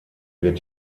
wird